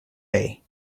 bay